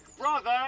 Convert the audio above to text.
Brother